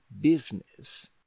business